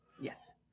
Yes